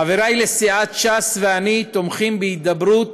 חברי לסיעת ש"ס ואני תומכים בהידברות